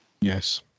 Yes